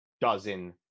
dozen